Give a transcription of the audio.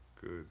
good